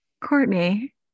Courtney